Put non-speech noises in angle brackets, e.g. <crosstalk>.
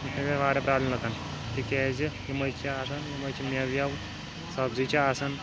<unintelligible> واریاہ پرٛابلِم لُکَن تِکیٛازِ یِمَے چھِ آسان یِمَے چھِ مٮ۪وٕ وٮ۪وٕ سبزی چھِ آسان